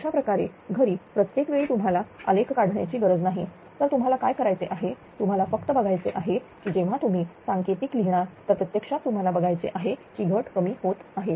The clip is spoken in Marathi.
अशाप्रकारे घरी प्रत्येक वेळी तुम्हाला आलेख काढण्याची गरज नाही तर तुम्हाला काय करायचे आहे तुम्हाला फक्त बघायचे आहे की जेव्हा तुम्ही सांकेतिक लिहिणार तर प्रत्यक्षात तुम्हाला बघायचे आहे की घट कमी होत आहे